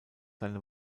seine